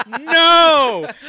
No